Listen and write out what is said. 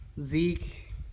Zeke